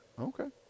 okay